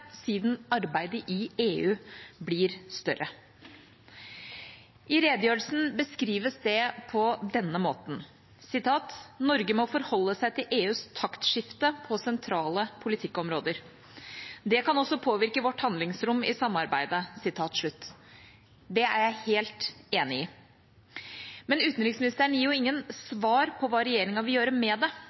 siden arbeidet i EU blir større. I redegjørelsen beskrives det på denne måten: «Norge må forholde seg til EUs taktskifte på sentrale politikkområder. Det kan også påvirke vårt handlingsrom i samarbeidet.» Det er jeg helt enig i. Men utenriksministeren gir jo ingen svar på hva regjeringa vil gjøre med det.